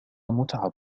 متعب